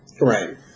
Right